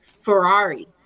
ferrari